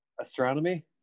astronomy